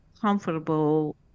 comfortable